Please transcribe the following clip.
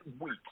weak